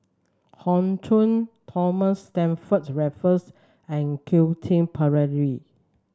Hoey Choo Thomas Stamford Raffles and Quentin Pereira